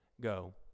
go